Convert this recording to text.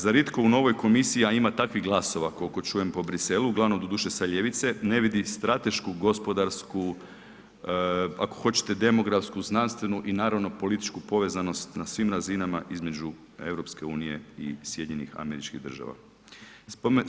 Zar itko u novoj komisiji a ima takvih glasova koliko čujem po Briselu, uglavnom doduše sa lijevice ne vidi stratešku gospodarsku, ako hoćete demografsku, znanstvenu i naravno političku povezanost na svim razinama između EU i SAD-a.